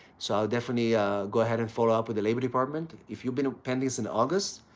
so, definitely go ahead and follow up with the labor department. if you've been pending since august,